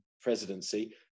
presidency